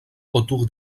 autour